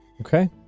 okay